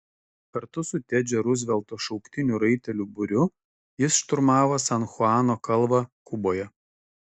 kartu su tedžio ruzvelto šauktinių raitelių būriu jis šturmavo san chuano kalvą kuboje